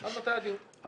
עד מתי הדיון?